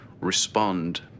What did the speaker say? respond